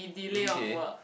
okay